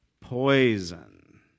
poison